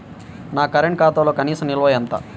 నా కరెంట్ ఖాతాలో కనీస నిల్వ ఎంత?